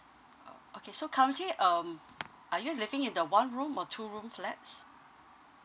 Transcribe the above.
orh okay so currently um are you living in the one room or two room flats